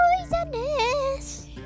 poisonous